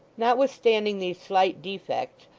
notwithstanding these slight defects,